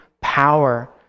power